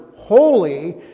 holy